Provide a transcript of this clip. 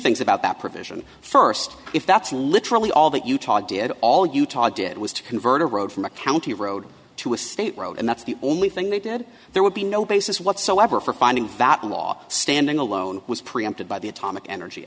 things about that provision first if that's literally all that utah did all utah did was to convert a road from a county road to us and that's the only thing they did there would be no basis whatsoever for finding that the law standing alone was preempted by the atomic energy